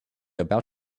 about